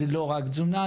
זה לא רק תזונה,